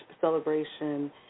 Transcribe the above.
celebration